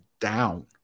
down